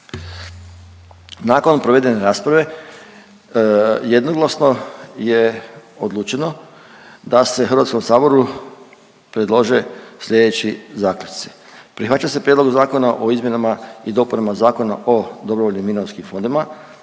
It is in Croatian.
Nakon provedene rasprave jednoglasno je odlučeno da se Hrvatskom saboru predlože slijedeći zaključci. Prihvaća se Prijedlog zakona o Izmjenama i dopunama Zakona o dobrovoljnim mirovinskim fondovima,